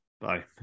Bye